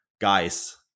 Guys